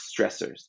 stressors